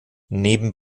neben